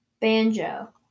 banjo